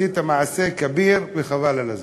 עשית מעשה כביר וחבל על הזמן.